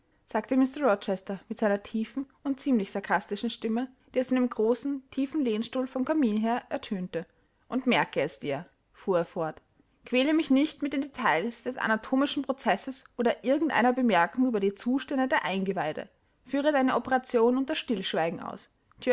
sagte mr rochester mit seiner tiefen und ziemlich sarkastischen stimme die aus einem großen tiefen lehnstuhl vom kamin her ertönte und merke es dir fuhr er fort quäle mich nicht mit den details des anatomischen prozesses oder irgend einer bemerkung über die zustände der eingeweide führe deine operation unter stillschweigen aus